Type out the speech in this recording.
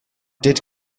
did